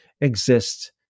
exist